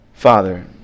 Father